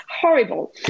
horrible